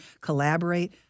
collaborate